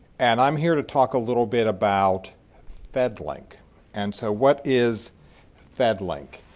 and i'm here to talk a little bit about fedlink and so what is fedlink?